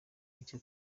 micye